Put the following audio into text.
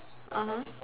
(uh huh)